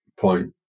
point